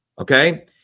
Okay